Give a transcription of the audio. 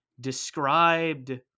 described